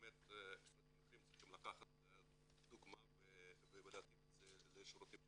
--- משרדים אחרים צריכים לקחת דוגמה ולהתאים את זה לשירותים שלהם.